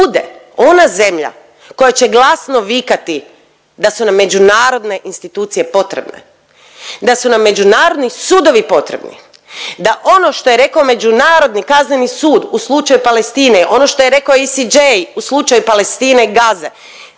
bude ona zemlja koja će glasno vikati da su nam međunarodne institucije potrebne, da su nam međunarodni sudovi potrebni. Da ono što je rekao Međunarodni kazneni sud u slučaju Palestine ono što je rekao ISG u slučaju Palestine i Gaze